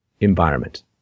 environment